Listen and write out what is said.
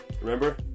remember